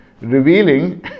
revealing